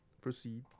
Proceed